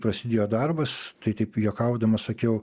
prasidėjo darbas tai taip juokaudamas sakiau